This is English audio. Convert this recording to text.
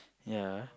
ya